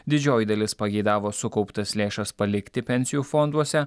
didžioji dalis pageidavo sukauptas lėšas palikti pensijų fonduose